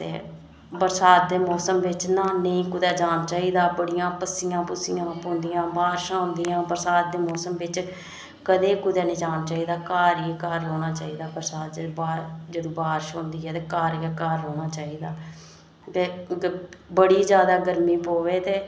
ते बरसात दे मौसम च ना कुदै न्हानै गी जाना चाहिदा बड़ियां पस्सियां पौंदियां बारिशां होंदियां बरसात दे मौसम च कदें कुदै निं जाना चाहिदा घर ई घर रौह्ना चाहिदा बरसात ते जदूं बारिश होंदी ऐ ते घर ई घर रौह्ना चाहिदा जेल्लै बड़ी जादै गरमी पवै ते